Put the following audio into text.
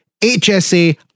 HSA